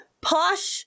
posh